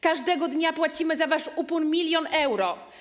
Każdego dnia płacimy za wasz upór milion euro.